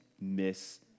miss